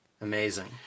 amazing